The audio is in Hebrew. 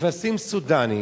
נכנסים סודנים,